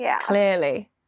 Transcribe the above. clearly